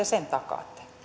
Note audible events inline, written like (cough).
(unintelligible) sen takaatte